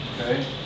Okay